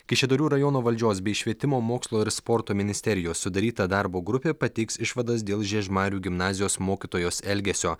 kaišiadorių rajono valdžios bei švietimo mokslo ir sporto ministerijos sudaryta darbo grupė pateiks išvadas dėl žiežmarių gimnazijos mokytojos elgesio